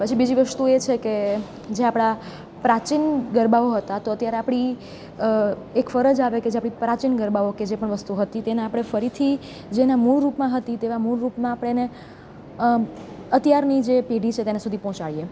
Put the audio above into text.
પછી બીજી વસ્તુ એ છે કે જે આપણા પ્રાચીન ગરબાઓ હતા તો અત્યારે આપણી એક ફરજ આવે કે પ્રાચીન ગરબાઓ કે જે પણ વસ્તુ હતી તેને આપણે ફરીથી જેને મૂળરૂપમાં હતી તેવા મૂળરૂપમાં આપણે એને અત્યારની જે પેઢી છે તેને સુધી પહોંચાડીએ